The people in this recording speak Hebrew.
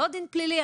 לא דין פלילי,